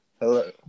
Hello